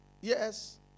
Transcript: Yes